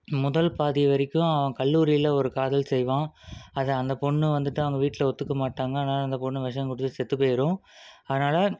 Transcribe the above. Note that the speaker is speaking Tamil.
முதல் பாதி வரைக்கும் அவன் கல்லூரியில் ஒரு காதல் செய்வான் அதை அந்த பொண்ணு வந்துட்டு அவங்க வீட்டில் ஒத்துக்கமாட்டாங்க அதனால் அந்த பொண்ணு விஷம் குடித்து செத்துப்போயிடும் அதனால்